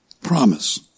promise